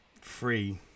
Free